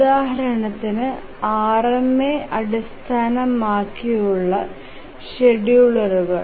ഉദാഹരണത്തിന് RMA അടിസ്ഥാനമാക്കിയുള്ള ഷെഡ്യൂളറുകൾ